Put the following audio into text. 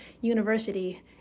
University